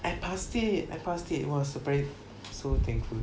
I passed it I passed it was surprise so thankful